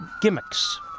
gimmicks